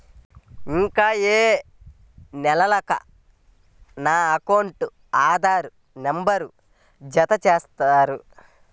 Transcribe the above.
ఇంకా ఎన్ని నెలలక నా అకౌంట్కు ఆధార్ నంబర్ను జత చేస్తారు?